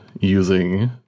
using